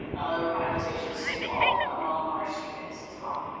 the revitalization of stickball among our students as well.